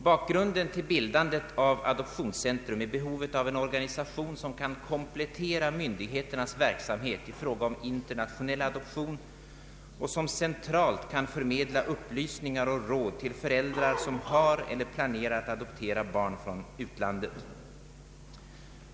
Bakgrunden till bildandet av Adoptionscentrum är behovet av en organisation som kan komplettera myndigheternas verksamhet i fråga om internationell adoption och som centralt kan förmedla upplysningar och råd till personer som har adopterat eller planerar att adoptera barn från utlandet.